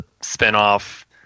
spin-off